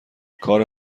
کار